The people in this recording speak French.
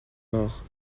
mort